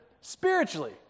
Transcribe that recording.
spiritually